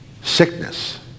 sickness